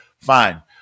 fine